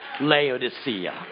Laodicea